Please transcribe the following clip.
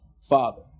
Father